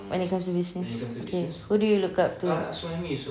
when it comes to business okay who do you look up to